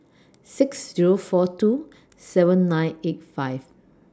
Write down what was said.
six Zero four two seven nine eight five